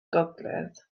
gogledd